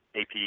AP